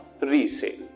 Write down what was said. resale